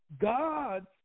God